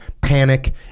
panic